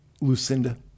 Lucinda